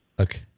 Okay